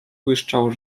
błyszczał